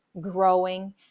growing